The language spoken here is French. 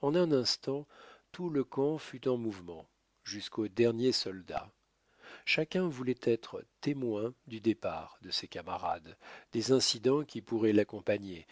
en un instant tout le camp fut en mouvement jusqu'au dernier soldat chacun voulait être témoin du départ de ses camarades des incidents qui pourraient l'accompagner